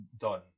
done